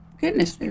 goodness